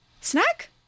snack